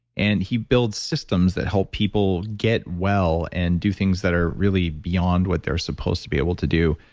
and he builds systems that help people get well and do things that are really beyond what they're supposed to be able to do.